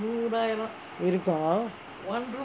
இருக்கும்:irukkum